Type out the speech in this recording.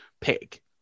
pick